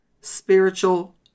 spiritual